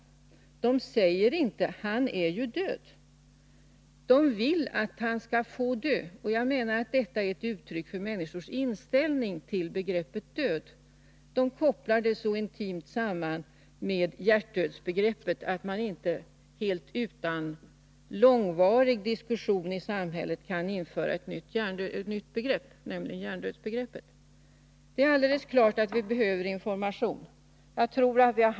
De säger inte: ”Han är död”, utan de uttrycker en önskan om att han skall få dö. Jag menar att detta är ett uttryck för att människor kopplar uppfattningen om dödens inträde så intimt till hjärtdödsbegreppet att man inte utan långvarig diskussion i samhället kan införa ett nytt begrepp, nämligen hjärndödsbegreppet. Det är alldeles klart att vi behöver information på detta område.